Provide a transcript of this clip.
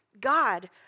God